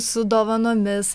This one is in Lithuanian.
su dovanomis